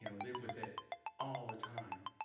you know live with it all the time,